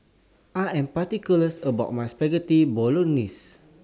I Am particular about My Spaghetti Bolognese